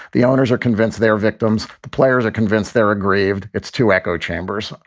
the owners are convinced they are victims. the players are convinced they're aggrieved. it's to echo chambers.